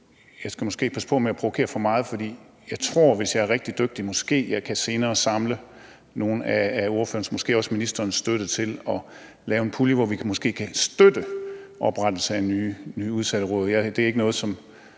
Jeg skal måske passe på med at provokere for meget, for hvis jeg er rigtig dygtig, tror jeg, at jeg måske senere kan samle ordførerens, måske også ministerens, støtte til at lave en pulje, hvor vi kan støtte oprettelse af nye udsatteråd. Det er ikke noget, som